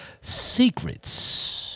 Secrets